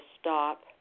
stop